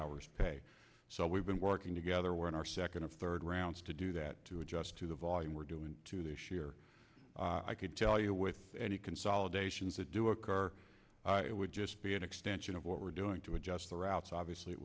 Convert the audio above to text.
hours pay so we've been working together we're in our second and third rounds to do that to adjust to the volume we're doing to this year i could tell you with any consolidation to do a car it would just be an extension of what we're doing to adjust the routes obviously it